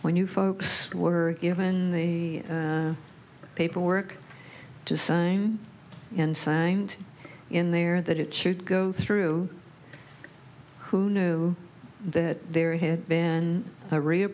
when you folks were given the paperwork to sign and signed in there that it should go through who knew that there had been a real